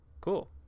cool